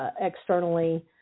externally